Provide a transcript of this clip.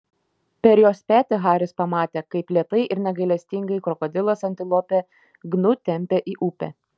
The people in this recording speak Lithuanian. per jos petį haris pamatė kaip lėtai ir negailestingai krokodilas antilopę gnu tempia į upę